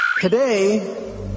today